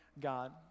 God